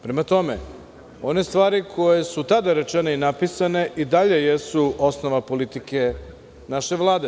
Prema tome, one stvari koje su tada rečene i napisane, i dalje jesu osnova politike naše Vlade.